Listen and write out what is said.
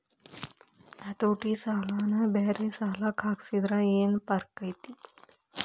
ಹತೋಟಿ ಸಾಲನ ಬ್ಯಾರೆ ಸಾಲಕ್ಕ ಹೊಲ್ಸಿದ್ರ ಯೆನ್ ಫರ್ಕೈತಿ?